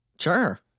Sure